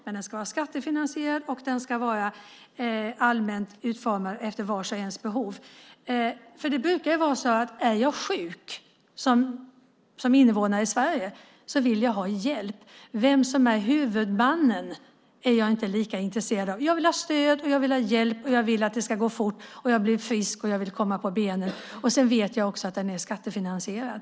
Men den ska vara skattefinansierad, och den ska vara allmänt utformad efter vars och ens behov. Det brukar vara så att om jag som invånare i Sverige är sjuk vill jag ha hjälp. Vem som är huvudmannen är jag inte lika intresserad av. Jag vill ha stöd och hjälp, och jag vill att det ska gå fort att bli frisk och komma på benen. Dessutom ska jag veta att sjukvården är skattefinansierad.